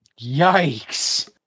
yikes